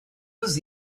was